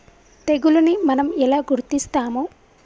తెగులుని మనం ఎలా గుర్తిస్తాము?